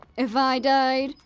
if i died,